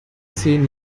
zehn